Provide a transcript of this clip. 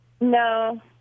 No